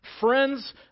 friends